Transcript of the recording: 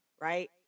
right